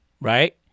right